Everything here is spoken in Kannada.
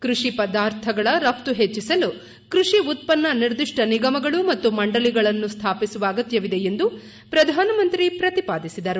ಕೃಷಿ ಪದಾರ್ಥಗಳ ರಫ್ತು ಹೆಚ್ಚಿಸಲು ಕೃಷಿ ಉತ್ಪನ್ನ ನಿರ್ದಿಷ್ನ ನಿಗಮಗಳು ಮತ್ತು ಮಂಡಳಿಗಳನ್ನು ಸ್ಥಾಪಿಸುವ ಅಗತ್ಯವಿದೆ ಎಂದು ಪ್ರಧಾನಮಂತ್ರಿ ಪ್ರತಿಪಾದಿಸಿದರು